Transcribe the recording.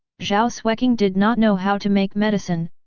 zhao xueqing did not know how to make medicine,